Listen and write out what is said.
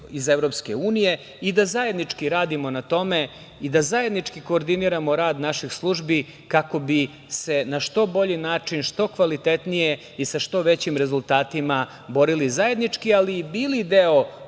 iz EU i da zajednički radimo na tome i da zajednički koordiniramo rad naših službi kako bi se na što bolji način, što kvalitetnije i sa što većim rezultatima borili zajednički, ali i bili deo